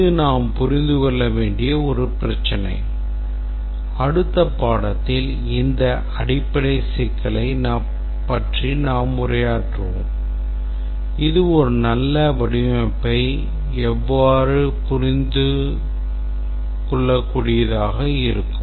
இது நாம் புரிந்து கொள்ள வேண்டிய ஒரு பிரச்சினை அடுத்த பாடத்தில் இந்த அடிப்படை சிக்கலை பற்றி நாம் உரையாற்றுவோம் இது ஒரு வடிவமைப்பை எவ்வாறு நன்கு புரிந்துகொள்ளக்கூடியதாக இருக்கும்